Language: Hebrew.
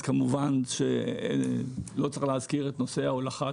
כמובן שלא צריך להזכיר את נושא ההולכה,